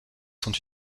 sont